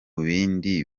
bindi